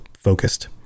focused